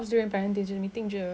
ya mak you muda eh